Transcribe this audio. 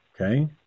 okay